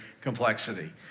complexity